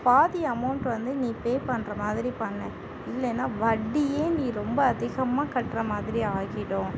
பாதி அமௌன்ட் வந்து நீ பே பண்ணுற மாதிரி பண்ணு இல்லைன்னா வட்டியே நீ ரொம்ப அதிகமாக கட்டுற மாதிரி ஆகிடும்